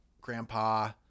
Grandpa